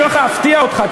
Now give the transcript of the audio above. הנה אני הולך להפתיע אותך,